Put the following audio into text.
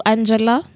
Angela